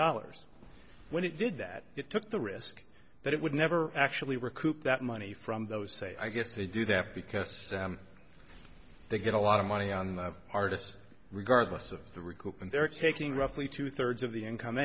dollars when it did that it took the risk that it would never actually recoup that money from those say i guess they do that because they get a lot of money on the artists regardless of the recoup and they're taking roughly two thirds of the income